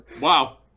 Wow